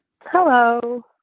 Hello